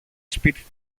σπίτι